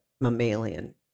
mammalian